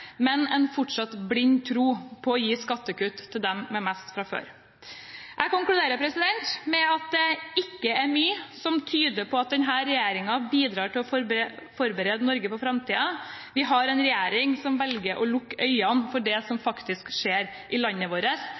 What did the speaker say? men med en fortsatt blind tro på å gi skattekutt til dem med mest fra før. Jeg konkluderer med at det ikke er mye som tyder på at denne regjeringen bidrar til å forberede Norge på framtiden. Vi har en regjering som velger å lukke øynene for det som faktisk skjer i landet vårt.